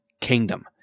Kingdom